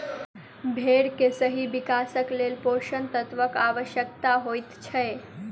भेंड़ के सही विकासक लेल पोषण तत्वक आवश्यता होइत छै